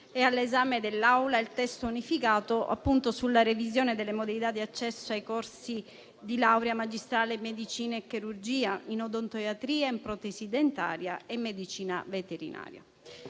è all'esame dell'Assemblea il testo unificato sulla revisione delle modalità di accesso ai corsi di laurea magistrale in medicina e chirurgia, odontoiatria, protesi dentaria e medicina veterinaria.